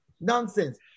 nonsense